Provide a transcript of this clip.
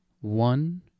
one